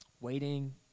waiting